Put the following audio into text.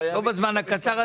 חייבים לטפל בנקודה הזאת.